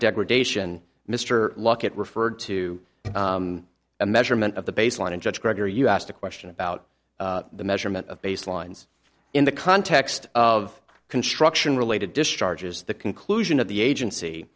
degradation mr lockett referred to a measurement of the baseline and judge gregory you asked a question about the measurement of baselines in the context of construction related discharges the conclusion of the agency